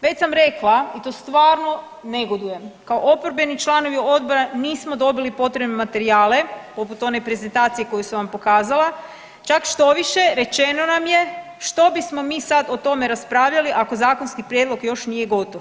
Već sam rekla i to stvarno negodujem kao oporbeni članovi odbora nismo dobili potrebne materijale poput one prezentacije koju sam vam pokazala čak štoviše rečeno nam je što bismo mi sad o tome raspravljali ako zakonski prijedlog još nije gotov.